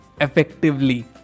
effectively